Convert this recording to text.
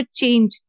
change